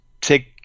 take